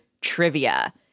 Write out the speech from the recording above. trivia